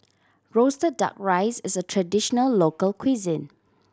roasted Duck Rice is a traditional local cuisine